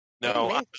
No